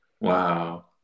Wow